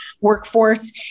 workforce